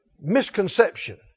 misconception